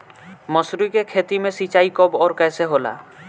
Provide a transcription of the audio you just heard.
मसुरी के खेती में सिंचाई कब और कैसे होला?